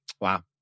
Wow